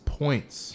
points